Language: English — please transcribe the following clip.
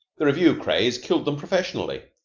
the revue craze killed them professionally.